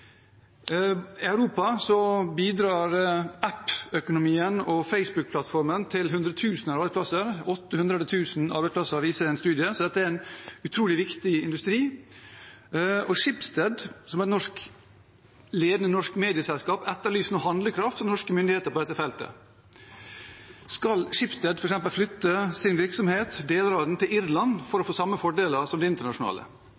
og Amazon. I Europa bidrar appøkonomien og Facebook-plattformen ifølge en studie til 800 000 arbeidsplasser. Dette er en utrolig viktig industri, og Schibsted, som er et ledende norsk medieselskap, etterlyser nå handlekraft fra norske myndigheter på dette feltet. Skal Schibsted f.eks. flytte deler av sin virksomhet til Irland for